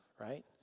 right